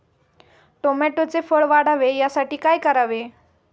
टोमॅटोचे फळ वाढावे यासाठी काय करावे?